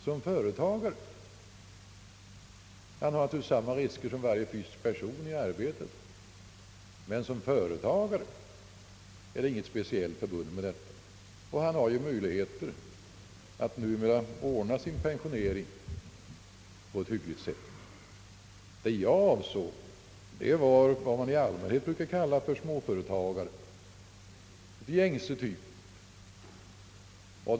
Naturligtvis löper han i arbetet samma risker som varje annan fysisk person, men som företagare är han inte underkastad några speciella risker. Numera har han ju också möjlighet att ordna sin pensionering på ett hyggligt sätt. Det jag avsåg var vad man i allmänhet kallar småföretagare av gängse typ.